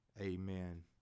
amen